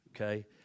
okay